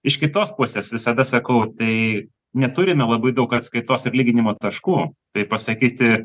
iš kitos pusės visada sakau tai neturime labai daug atskaitos ir lyginimo taškų tai pasakyti